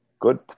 Good